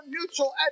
neutral